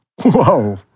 whoa